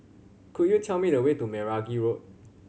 could you tell me the way to Meragi Road